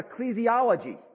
ecclesiology